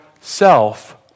self